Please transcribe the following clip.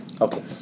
Okay